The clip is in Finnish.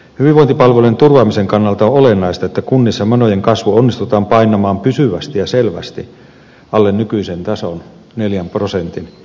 hyvinvointipalvelujen turvaamisen kannalta olennaista että kunnissa menojen kasvu onnistutaan painamaan pysyvästi ja selvästi alle nykyisen tasoa neljän prosentin